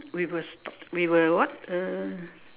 we will stop we will what uh